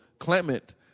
Clement